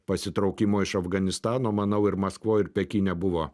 pasitraukimo iš afganistano manau ir maskvoj ir pekine buvo